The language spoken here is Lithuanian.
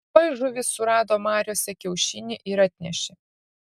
tuoj žuvys surado mariose kiaušinį ir atnešė